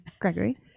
gregory